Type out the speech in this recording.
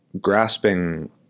grasping